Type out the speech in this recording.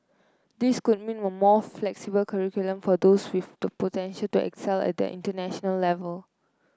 this could mean a more flexible curriculum for those with the potential to excel at the international level